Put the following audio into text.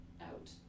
out